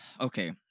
Okay